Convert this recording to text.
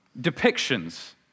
depictions